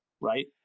right